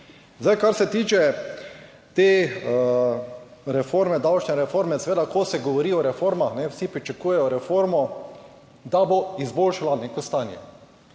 Kar se tiče te reforme, davčne reforme, seveda, ko se govori o reformah vsi pričakujejo reformo, da bo izboljšala neko stanje